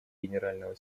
генерального